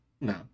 No